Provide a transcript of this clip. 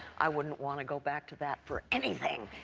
i wouldn't want to go back to that for anything.